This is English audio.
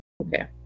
Okay